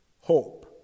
hope